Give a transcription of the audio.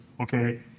Okay